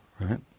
right